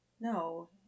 No